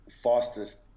fastest